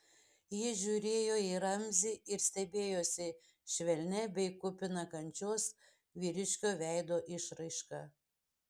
ji žiūrėjo į ramzį ir stebėjosi švelnia bei kupina kančios vyriškio veido išraiška